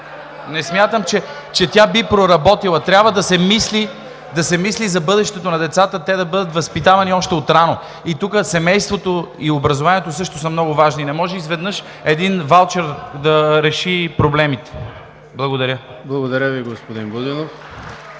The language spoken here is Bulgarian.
за България“) тя би проработила. Трябва да се мисли за бъдещето на децата, те да бъдат възпитавани още от рано. И тук семейството и образованието също са много важни. Не може изведнъж един ваучер да реши проблемите. Благодаря. (Ръкопляскания от